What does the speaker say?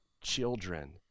children